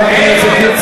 אנא, יש גבול.